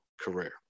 career